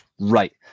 Right